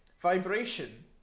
Vibration